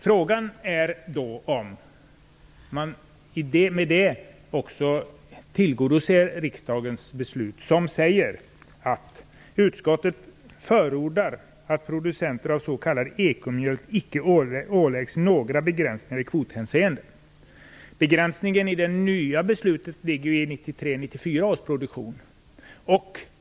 Frågan är då om man med detta tillgodoser riksdagens beslut som säger att utskottet förordar att producenter av s.k. ekomjölk icke åläggs några begränsningar i kvothänseende. Begränsningen i det nya beslutet ligger i att det skall vara fråga om 1993 eller 1994 års produktion.